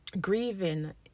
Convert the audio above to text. grieving